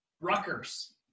Rutgers